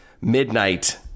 midnight